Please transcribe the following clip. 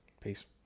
Peace